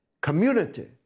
community